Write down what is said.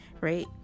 right